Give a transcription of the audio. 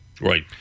Right